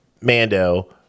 Mando